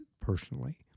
personally